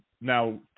now